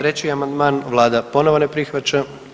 3. amandman Vlada ponovo ne prihvaća.